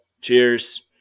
cheers